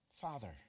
father